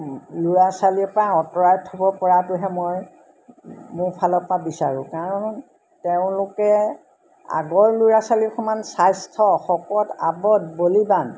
ল'ৰা ছোৱালীৰ পৰা অঁতৰাই থ'ব পৰাটোহে মই মোৰ ফালৰ পৰা বিচাৰোঁ কাৰণ তেওঁলোকে আগৰ ল'ৰা ছোৱালী সমান স্বাস্থ্য শকত আৱদ বলিৱান